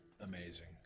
amazing